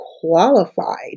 qualified